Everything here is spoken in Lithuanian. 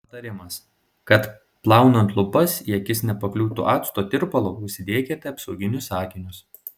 patarimas kad plaunant lubas į akis nepakliūtų acto tirpalo užsidėkite apsauginius akinius